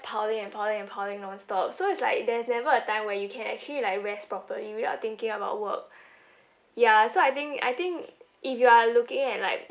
piling and piling and piling nonstop so it's like there's never a time where you can actually like rest properly without thinking about work ya so I think I think if you are looking at like